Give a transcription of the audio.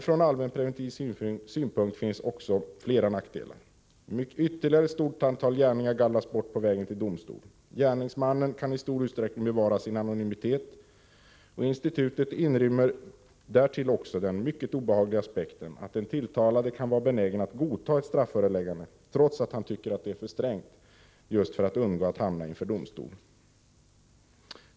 Från allmänpreventiv synpunkt finns också flera nackdelar. Ytterligare ett stort antal gärningar gallras bort på vägen till domstol. Gärningsmannen kan i stor utsträckning bevara sin anonymitet. Institutet inrymmer därtill också den mycket obehagliga aspekten att den tilltalade kan vara benägen att godta ett strafföreläggande trots att han tycker att det är för strängt, just för att undgå att hamna inför domstol.